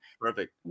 perfect